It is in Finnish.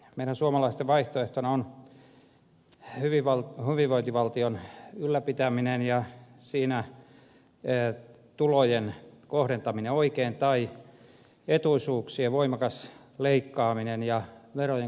meidän suomalaisten vaihtoehtona on hyvinvointivaltion ylläpitäminen ja siinä tulojen kohdentaminen oikein tai etuisuuksien voimakas leikkaaminen ja verojen korottaminen